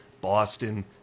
Boston